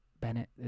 Bennett